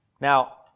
Now